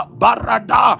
barada